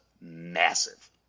massive